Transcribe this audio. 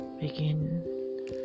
begin